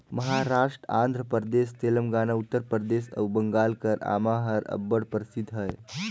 महारास्ट, आंध्र परदेस, तेलंगाना, उत्तर परदेस अउ बंगाल कर आमा हर अब्बड़ परसिद्ध अहे